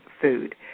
food